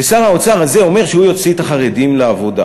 ושר האוצר הזה אומר שהוא יוציא את החרדים לעבודה.